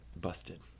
busted